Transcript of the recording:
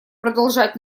продолжать